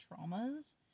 traumas